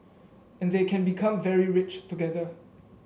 and they can become very rich together